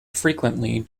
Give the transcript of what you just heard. frequently